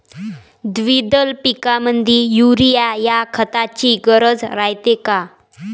द्विदल पिकामंदी युरीया या खताची गरज रायते का?